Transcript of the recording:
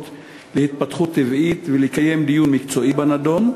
להתפתחות טבעית ולקיום דיון מקצועי בנדון?